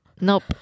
Nope